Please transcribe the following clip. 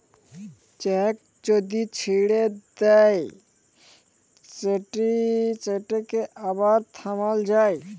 cheque যদি দিঁয়ে দেই সেটকে আবার থামাল যায়